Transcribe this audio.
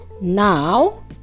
now